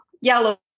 yellow